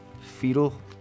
fetal